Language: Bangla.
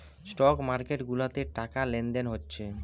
স্টক মার্কেট গুলাতে টাকা লেনদেন হচ্ছে